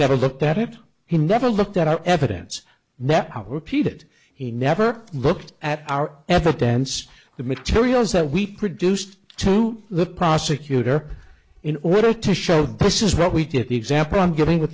never looked at it he never looked at our evidence that our peed he never looked at our ever danced the materials that we produced to the prosecutor in order to show this is what we did the example i'm giving